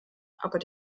aber